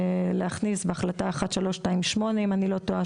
להכניס בהחלטה 1328 אם אני לא טועה,